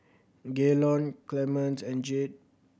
Gaylon Clemence and Jade